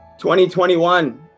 2021